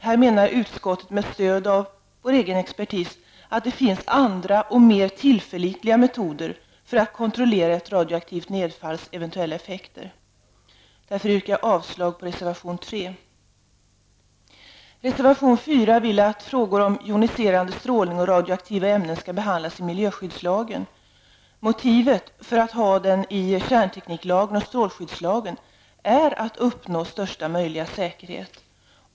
Här menar utskottet, med stöd av vår egen expertis, att det finns andra och mer tillförlitliga metoder för att kontrollera ett radioaktivt nedfalls eventuella effekter. Därför yrkar jag avslag på reservation 3. I reservation 4 anser vänsterpartiet och miljöpartiet att frågor om joniserande strålning och radioaktiva ämnen skall behandlas i miljöskyddslagen. Motivet för att ha dem i kärntekniklagen och strålskyddslagen är att man skall uppnå största möjliga säkerhet.